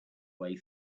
way